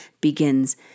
begins